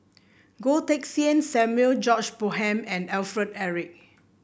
Goh Teck Sian Samuel George Bonham and Alfred Eric